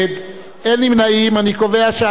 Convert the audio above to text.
אני קובע שהצעת האי-אמון של סיעות